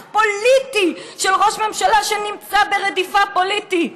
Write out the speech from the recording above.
פוליטי של ראש ממשלה שנמצא ברדיפה פוליטית.